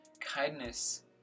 Kindness